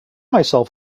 myself